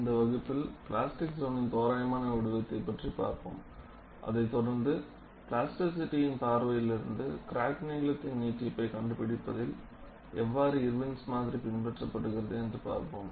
இந்த வகுப்பில் பிளாஸ்டிக் சோனின் தோராயமான வடிவத்தைப் பற்றி பார்ப்போம் அதைத்தொடர்ந்து Irwin's Model பிளாஸ்டிசிட்டியின் பார்வையில் இருந்து கிராக் நீளத்தின் நீட்டிப்பைக் கண்டுபிடிப்பதில் எவ்வாறு இர்வின்ஸ் மாதிரி பின்பற்றப்படுகிறது என்று பார்ப்போம்